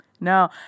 no